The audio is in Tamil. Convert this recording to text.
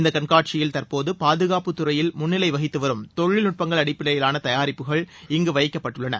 இந்த கண்காட்சியில் தற்போது பாதுகாப்புத்துறையில் முன்னிலை வகித்து வரும் தொழில்நுட்பங்கள் அடிப்படையிலான தயாரிப்புகள் இங்கு வைக்கப்பட்டுள்ளன